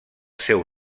seu